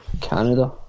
Canada